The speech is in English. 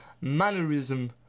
mannerism